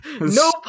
no